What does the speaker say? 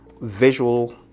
visual